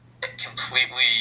completely